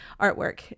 artwork